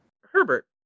Herbert